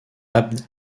abd